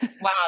Wow